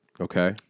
Okay